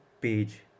page